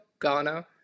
Ghana